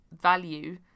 value